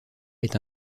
est